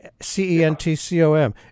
C-E-N-T-C-O-M